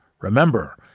Remember